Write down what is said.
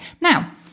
Now